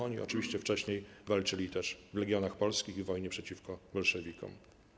Oni oczywiście wcześniej walczyli też w Legionach Polskich i w wojnie przeciwko bolszewikom.